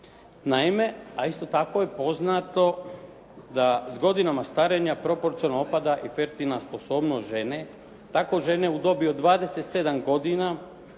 Naime, a isto tako je poznato da s godinama starenja proporcionalno opada …/Govornik se ne razumije./… sposobnost žene. Tako žene u dobi od 27 godina